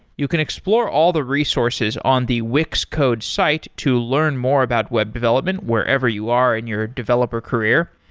you can explore all the resources on the wix code's site to learn more about web development wherever you are in your developer career.